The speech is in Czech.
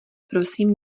prosím